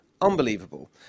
unbelievable